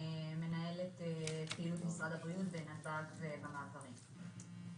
מנהלת פעילות משרד הבריאות בנתב"ג ובמעברים.